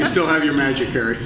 you still have your magic harry